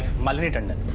malini tandon.